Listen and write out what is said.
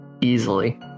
easily